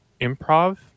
Improv